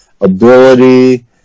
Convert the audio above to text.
ability